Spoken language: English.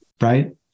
right